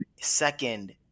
second